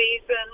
season